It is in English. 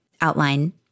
outline